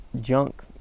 junk